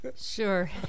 Sure